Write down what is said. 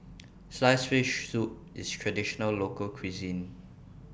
Sliced Fish Soup IS Traditional Local Cuisine